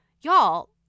Y'all